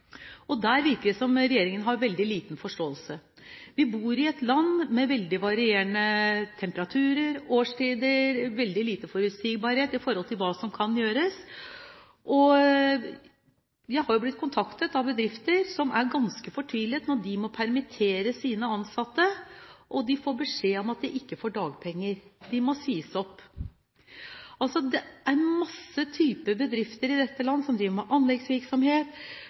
Der virker det som om regjeringen har veldig liten forståelse. Vi bor i et land med veldig varierende temperaturer og årstider og veldig lite forutsigbarhet i forhold til når ulike arbeidsoppgaver kan gjøres. Jeg har blitt kontaktet av bedrifter som er ganske fortvilet når de må permittere sine ansatte, og de får beskjed om at de ikke får dagpenger – de må sies opp. Det er en masse typer bedrifter i dette land som driver med anleggsvirksomhet,